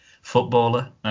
footballer